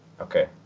Okay